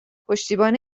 پشتیبان